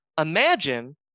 Imagine